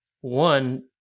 one